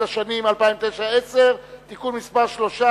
לשנים 2009 ו-2010) (תיקון מס' 3),